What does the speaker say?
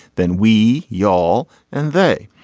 then we y'all and they.